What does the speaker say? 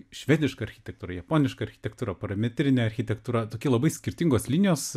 švediška architektūra japoniška architektūra parametrinė architektūra tokia labai skirtingos linijos